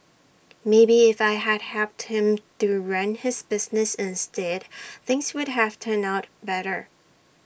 maybe if I had helped him to run his business instead things would have turned out better